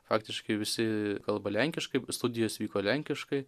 faktiškai visi kalba lenkiškai studijos vyko lenkiškai